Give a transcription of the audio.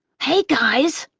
hey, guys.